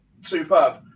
superb